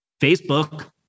Facebook